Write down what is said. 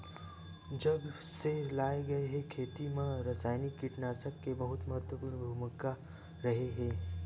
जब से लाए गए हे, खेती मा रासायनिक कीटनाशक के बहुत महत्वपूर्ण भूमिका रहे हे